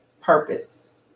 purpose